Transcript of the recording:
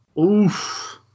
Oof